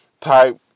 type